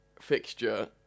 fixture